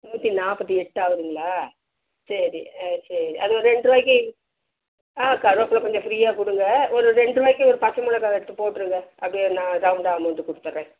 நூற்றி நாற்பத்தி எட்டு ஆகுதுங்களா சரி ஆ சரி அது ஒரு ரெண்டு ருபாய்க்கி ஆ கருவேப்பில்லை கொஞ்சம் ஃப்ரீயாக கொடுங்க ஒரு ரெண்டு ருபாய்க்கி ஒரு பச்சை மிளகா எடுத்து போட்டிருங்க அப்படியே நான் ரௌண்டாக அமௌண்ட் கொடுத்தட்றேன்